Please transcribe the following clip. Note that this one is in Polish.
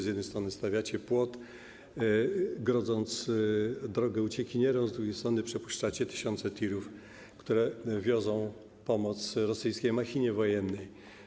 Z jednej strony stawiacie płot, grodząc drogę uciekinierom, z drugiej strony przepuszczacie tysiące tirów, które wiozą pomoc rosyjskiej machinie wojennej.